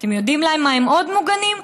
אתם יודעים למה עוד הם מוגנים?